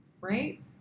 Right